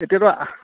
তেতিয়াটো